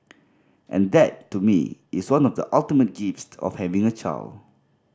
and that to me is one of the ultimate gifts of having a child